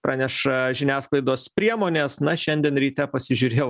praneša žiniasklaidos priemonės na šiandien ryte pasižiūrėjau